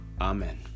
Amen